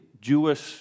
Jewish